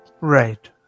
Right